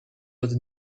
würde